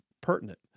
pertinent